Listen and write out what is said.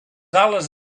ales